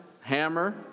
hammer